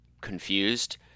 confused